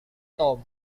tom